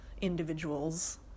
individuals